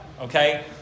Okay